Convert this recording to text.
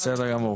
בסדר גמור.